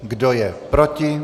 Kdo je proti?